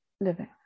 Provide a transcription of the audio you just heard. living